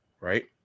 Right